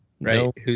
Right